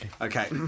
Okay